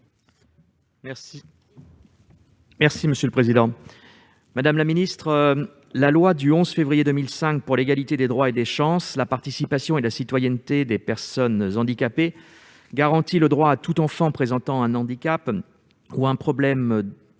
de la jeunesse et des sports. Madame la ministre, la loi du 11 février 2005 pour l'égalité des droits et des chances, la participation et la citoyenneté des personnes handicapées garantit le droit à tout enfant « présentant un handicap ou un trouble de la